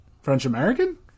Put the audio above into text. French-American